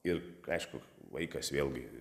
ir aišku vaikas vėlgi